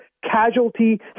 Casualty